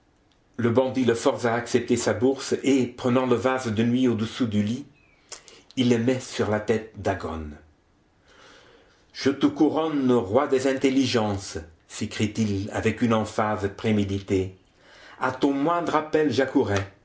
le bandit le force à accepter sa bourse et prenant le vase de nuit au-dessous du lit il le met sur la tête d'aghone je te couronne roi des intelligences s'écrie-t-il avec une emphase préméditée à ton moindre appel